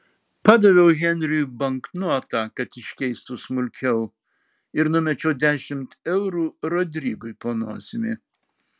padaviau henriui banknotą kad iškeistų smulkiau ir numečiau dešimt eurų rodrigui po nosimi